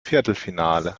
viertelfinale